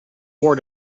war